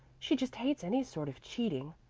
she just hates any sort of cheating.